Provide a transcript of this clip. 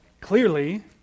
Clearly